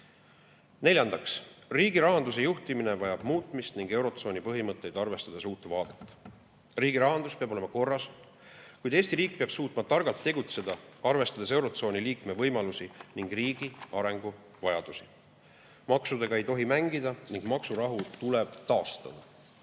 Neljandaks, riigirahanduse juhtimine vajab muutmist ning eurotsooni põhimõtteid arvestades uut vaadet. Riigirahandus peab olema korras, kuid Eesti riik peab suutma targalt tegutseda, arvestades eurotsooni liikme võimalusi ning riigi arengu vajadusi. Maksudega ei tohi mängida ning maksurahu tuleb taastada.